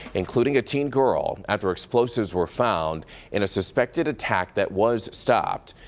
including a teen girl, after explosives were found in a suspected attack that was stopped.